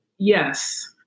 Yes